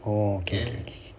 oh okay okay okay